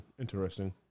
Interesting